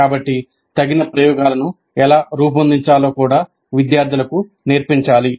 కాబట్టి తగిన ప్రయోగాలను ఎలా రూపొందించాలో కూడా విద్యార్థులకు నేర్పించాలి